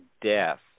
death